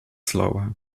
slower